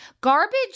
Garbage